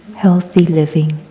healthy living.